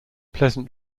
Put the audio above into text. pleasant